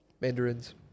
Mandarins